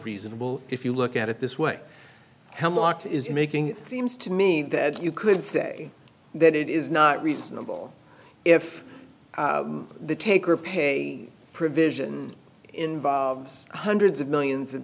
reasonable if you look at it this way hemlock is making it seems to me that you could say that it is not reasonable if the take or pay provision involves hundreds of millions of